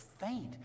faint